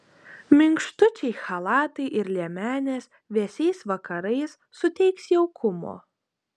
minkštučiai chalatai ir liemenės vėsiais vakarais suteiks jaukumo